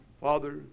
Father